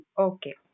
Okay